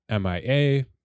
MIA